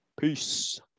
Peace